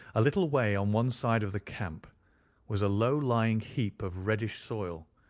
a little way on one side of the camp was a low-lying heap of reddish soil,